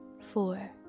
four